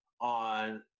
on